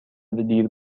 دیر